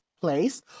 place